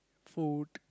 food